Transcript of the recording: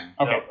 Okay